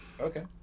Okay